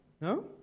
No